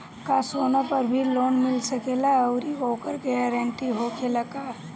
का सोना पर भी लोन मिल सकेला आउरी ओकर गारेंटी होखेला का?